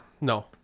No